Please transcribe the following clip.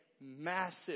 massive